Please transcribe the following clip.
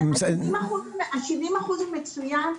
הוא מצוין.